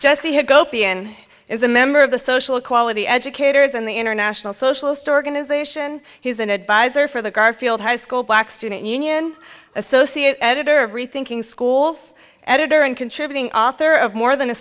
and is a member of the social equality educators and the international socialist organization he's an advisor for the garfield high school black student union associate editor of rethinking schools editor and contributing author of more than a